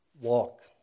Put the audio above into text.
walk